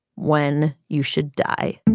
when you should die.